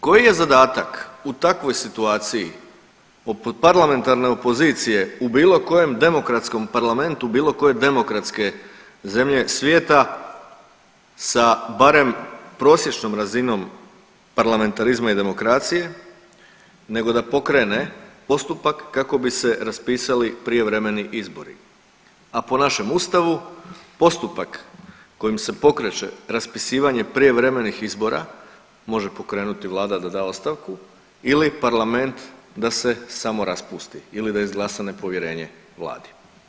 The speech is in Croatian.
Koji je zadatak u takvoj situaciji parlamentarne opozicije u bilo kojem demokratskom parlamentu bilo koje demokratske zemlje svijeta sa barem prosječnom razinom parlamentarizma i demokracije, nego da pokrene postupak kako bi se raspisali prijevremeni izbori, a po našem Ustavu postupak kojim se pokreće raspisivanje prijevremenih izbora može pokrenuti Vlada da da ostavku ili Parlament da se samo raspusti ili da izglasa nepovjerenje Vladi.